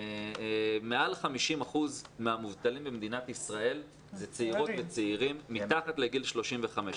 מעל 50% מהמובטלים במדינת ישראל זה צעירות וצעירים מתחת לגיל 35,